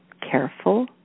careful